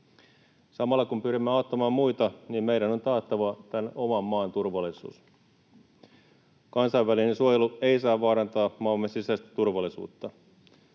Samalla kun pyrimme auttamaan muita, meidän on taattava tämän oman maan turvallisuus. Kansainvälinen suojelu ei saa vaarantaa maamme sisäistä turvallisuutta.